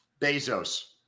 Bezos